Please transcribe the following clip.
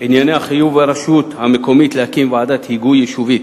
ענייני חיוב הרשויות המקומיות להקים ועדת היגוי יישובית